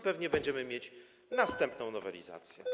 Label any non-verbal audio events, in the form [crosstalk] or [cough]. Pewnie będziemy mieć [noise] następną nowelizację.